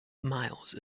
miles